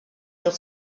leur